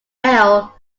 earl